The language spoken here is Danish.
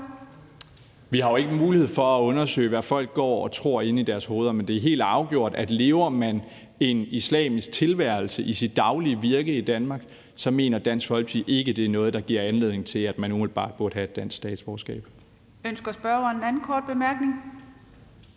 Vi har jo ingen mulighed for at undersøge, hvad folk går og tror inde i deres hoveder. Men det er helt afgjort, at lever man en islamisk tilværelse i sit daglige virke i Danmark, så mener Dansk Folkeparti ikke, det er noget, der giver anledning til, at man umiddelbart burde have et dansk statsborgerskab.